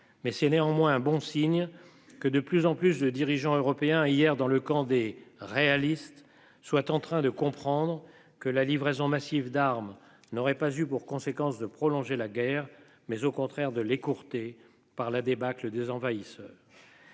mais c'est néanmoins un bon signe que de plus en plus de dirigeants européens hier dans le camp des réalistes, soit en train de comprendre que la livraison massive d'armes n'aurait pas eu pour conséquence de prolonger la guerre mais au contraire de l'écourté par la débâcle des envahisseurs.